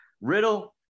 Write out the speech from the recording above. Riddle